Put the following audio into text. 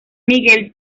miguel